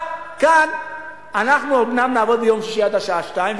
כאן אומנם נעבוד ביום שישי עד השעה 14:00,